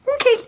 Okay